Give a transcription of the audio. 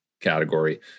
category